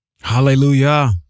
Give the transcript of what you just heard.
Hallelujah